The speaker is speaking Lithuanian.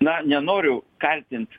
na nenoriu kaltint